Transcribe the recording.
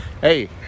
Hey